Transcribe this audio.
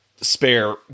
spare